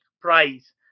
price